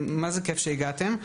מה זה כייף שבאתם.